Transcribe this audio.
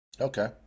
Okay